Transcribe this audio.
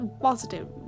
positive